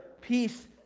peace